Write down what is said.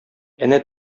әнә